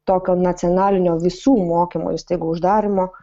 tokio nacionalinio visų mokymo įstaigų uždarymo